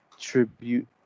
tribute